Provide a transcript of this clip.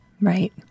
right